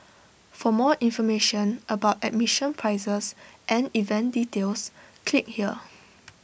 for more information about admission prices and event details click here